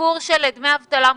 למה דמי אבטלה מופחתים?